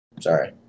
Sorry